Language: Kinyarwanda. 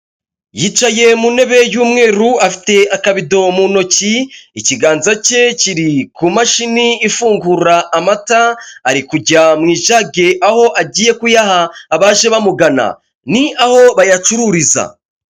Yicaye mu ntebe y'umweru afite akabido mu ntoki, ikiganza ke kiri ku mashini ifungura amata, ari kujya mu ijage, aho agiye kuyaha abaje bamugana, ni aho bayacururiza.